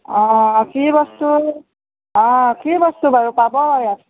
অঁ কি বস্তু অঁ কি বস্তু বাৰু পাব ইয়াত